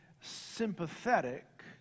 sympathetic